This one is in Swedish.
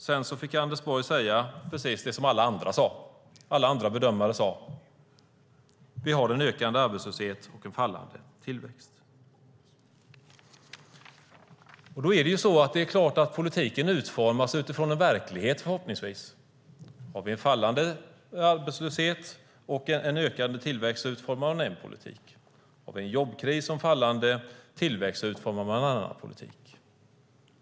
Sedan fick Anders Borg säga precis det som alla andra bedömare sade: Vi har en ökande arbetslöshet och en fallande tillväxt. Politiken utformas förhoppningsvis utifrån en verklighet. Har vi en fallande arbetslöshet och en ökande tillväxt utformar man en politik. Har vi en jobbkris och en fallande tillväxt utformar man en annan politik.